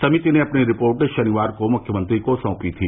समिति ने अपनी रिपोर्ट शनिवार को मुख्यमंत्री को साँपी थी